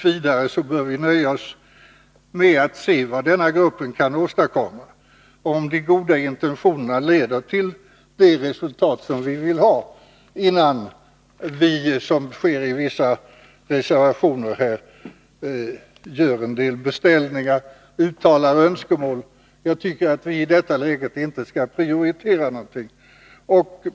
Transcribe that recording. v. bör nöja oss med att se vad denna grupp kan åstadkomma. Vi bör se om de goda intentionerna leder till det resultat som vi vill ha, innan vi — som föreslås i vissa reservationer — gör en del beställningar, uttalar önskemål. Jag tycker att vi i detta läge inte skall prioritera någonting.